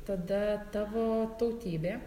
tada tavo tautybė